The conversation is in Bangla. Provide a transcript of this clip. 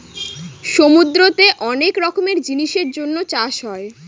সমুদ্রতে অনেক রকমের জিনিসের জন্য চাষ হয়